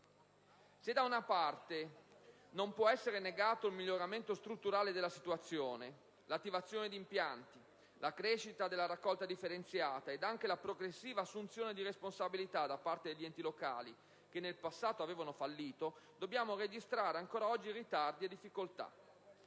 Se da un lato non può essere negato il miglioramento strutturale della situazione, l'attivazione di impianti, la crescita della raccolta differenziata e anche la progressiva assunzioni di responsabilità da parte degli enti locali che nel passato avevano fallito, dobbiamo registrare ancora oggi ritardi e difficoltà.